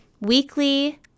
weekly